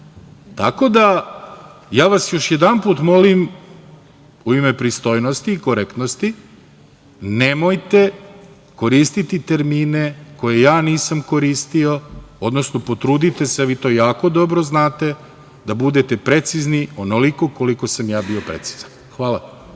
sali. Ja vas još jedanput molim u ime pristojnosti i korektnosti, nemojte koristiti termine koje ja nisam koristio, odnosno potrudite se, a vi to jako dobro znate, da budete precizni onoliko koliko sam ja bio precizan. Hvala.